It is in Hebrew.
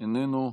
איננו,